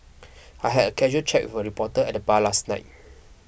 I had a casual chat with a reporter at the bar last night